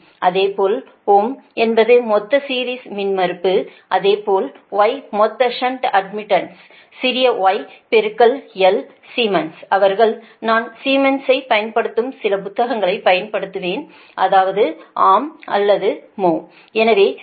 அதுபோல ohm என்பது மொத்த சீரிஸ் மின்மறுப்பு அதேபோல் Y மொத்த ஷன்ட் அட்மிடன்ஸ் சிறிய y பெருக்கல் l சீமன்ஸ் அவர்கள் நான் சிமென்ஸைப் பயன்படுத்தும் சில புத்தகங்களைப் பயன்படுத்துவேன் அதாவது ஆம் அல்லது mho